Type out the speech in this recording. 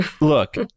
Look